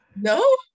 No